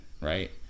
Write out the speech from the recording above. right